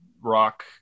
rock